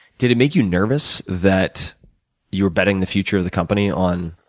did it make you nervous that you were betting the future of the company on